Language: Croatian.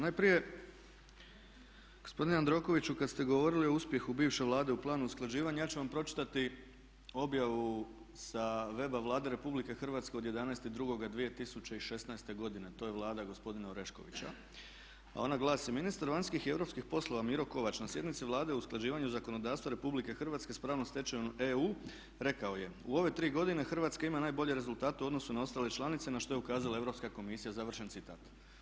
Najprije gospodine Jandrokoviću kad ste govorili o uspjehu bivše Vlade u Planu usklađivanja ja ću vam pročitati objavu sa weba Vlade RH od 11.02.2016. godine, to je Vlada gospodina Oreškovića, a ona glasi: "Ministar vanjskih i europskih poslova Miro Kovač na sjednici Vlade o usklađivanju zakonodavstva Republike Hrvatske s pravnom stečevinom EU rekao je u ove tri godine Hrvatska ima najbolje rezultate u odnosu na ostale članice na što je ukazala Europska komisija.", završen citat.